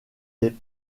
des